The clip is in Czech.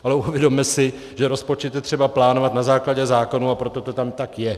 Ale uvědomme si, že rozpočet je třeba plánovat na základě zákonů, a proto to tam tak je.